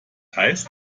heißt